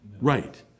right